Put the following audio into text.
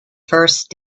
first